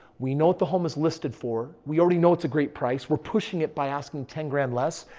we know what the home is listed for. we already know it's a great price. we're pushing it by asking ten grand less.